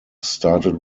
started